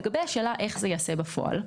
לגבי השאלה איך זה ייעשה בפועל,